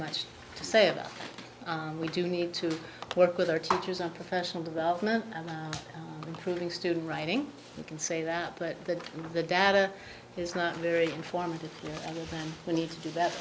much to say about we do need to work with our teachers our professional development creating student writing we can say that but that the data is not very informative and we need to do that